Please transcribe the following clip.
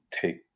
take